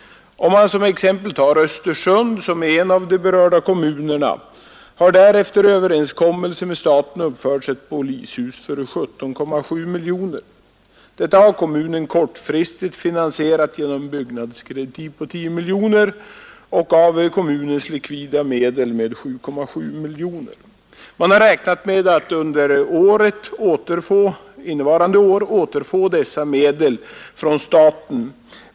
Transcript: I t.ex. Östersund har efter överenskommelse med staten uppförts ett polishus för 17,7 miljoner kronor. Detta har kommunen kortfristigt finansierat genom byggnadskreditiv pa 10 miljoner och av kommunens likvida medel med 7,7 milioner. Man har räknat med att under innevarande ar aterfa dessa medel från staten.